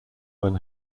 when